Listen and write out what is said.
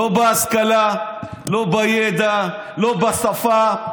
לא בהשכלה, לא בידע, לא בשפה.